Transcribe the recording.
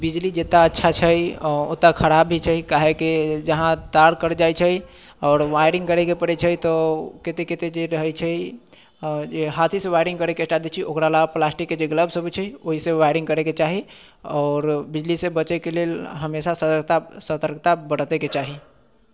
बिजली जितना अच्छा छै ओतेक खराब भी छै काहेकि जहाँ तार कटि जाइत छै आओर वाईरिङ्ग करयके पड़ैत छै तऽ कते कते जे रहैत छै आओर जे हाथे से वाइरयिङ्ग करैके एकटा दै छै ओकरा लागि प्लास्टिकके जे ग्लव्ज़ अबैत छै ओहिसँ वाइरिङ्ग करैके चाही आओर बिजली से बचेके लेल हमेशा सतर्कता बरतेके चाही